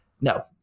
no